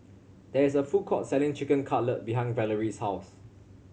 there is a food court selling Chicken Cutlet behind Valerie's house